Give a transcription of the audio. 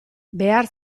behar